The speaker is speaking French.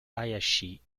hayashi